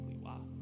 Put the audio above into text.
wow